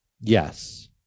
Yes